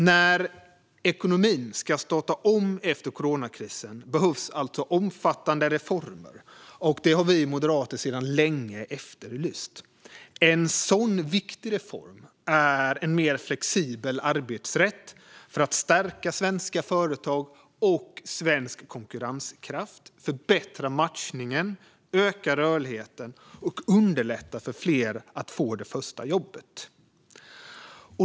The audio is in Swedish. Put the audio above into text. När ekonomin ska starta om efter coronakrisen behövs alltså omfattande reformer, något som vi moderater länge har efterlyst. En sådan viktig reform är en mer flexibel arbetsrätt för att stärka svenska företag och svensk konkurrenskraft, förbättra matchningen, öka rörligheten och underlätta för fler att få det första jobbet.